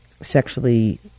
sexually